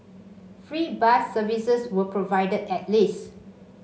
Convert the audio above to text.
free bus services were provided at least